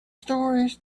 stories